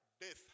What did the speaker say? death